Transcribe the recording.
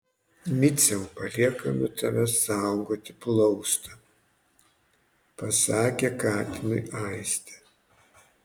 miciau paliekame tave saugoti plaustą pasakė katinui aistė